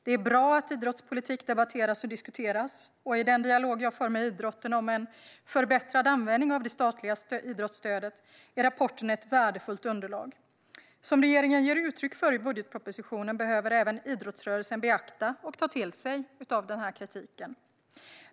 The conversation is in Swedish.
Det är bra att idrottspolitik debatteras och diskuteras, och i den dialog jag för med idrotten om en förbättrad användning av det statliga idrottsstödet är rapporten ett värdefullt underlag. Som regeringen ger uttryck för i budgetpropositionen behöver även idrottsrörelsen beakta och ta till sig av kritiken.